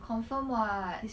confirm [what]